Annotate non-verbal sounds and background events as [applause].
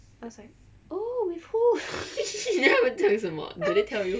I was like oh with who [laughs]